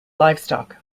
livestock